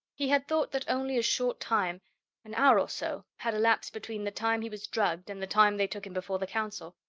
he had thought that only short time an hour or so had elapsed between the time he was drugged and the time they took him before the council.